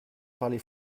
parlez